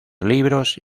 libros